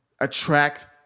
attract